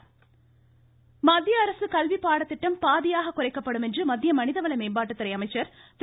பிரகாஷ் ஜவ்டேகர் மத்திய அரசு கல்வி பாடத்திட்டம் பாதியாக குறைக்கப்படும் என்று மத்திய மனிதவள மேம்பாட்டுத்துறை அமைச்சர் திரு